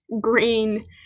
green